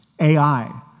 AI